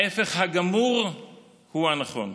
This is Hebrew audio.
ההפך הגמור הוא הנכון.